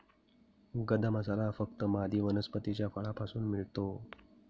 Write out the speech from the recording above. गदा मसाला फक्त मादी वनस्पतीच्या फळापासून मिळतो